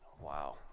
Wow